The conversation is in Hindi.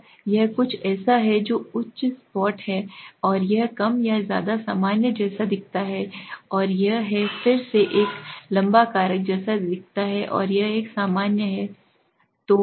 अब यह कुछ ऐसा है जो उच्च सपाट है और यह कम या ज्यादा सामान्य जैसा दिखता है और यह है फिर से एक लंबा कारक जैसा दिखता है और यह सामान्य है